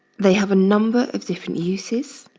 they have a number of different uses.